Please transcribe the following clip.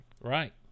Right